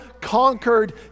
conquered